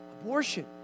Abortion